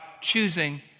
choosing